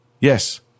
Yes